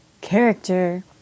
character